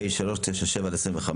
פ/397/25,